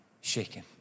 shaken